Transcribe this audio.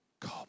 Come